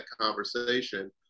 conversation